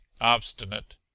obstinate